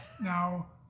now